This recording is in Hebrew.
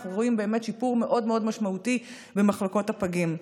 אנחנו רואים באמת שיפור מאוד מאוד משמעותי במחלקות הפגים.